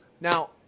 Now